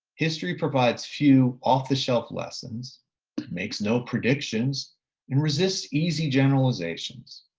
history provides few off the shelf lessons. it makes no predictions and resists easy generalizations.